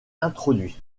introduit